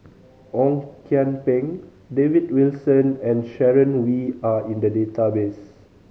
Ong Kian Peng David Wilson and Sharon Wee are in the database